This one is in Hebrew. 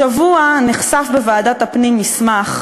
השבוע נחשף בוועדת הפנים מסמך,